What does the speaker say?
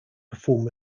perform